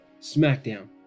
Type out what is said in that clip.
SmackDown